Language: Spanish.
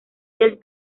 del